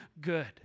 good